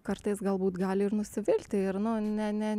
kartais galbūt gali ir nusivilti ir nu ne ne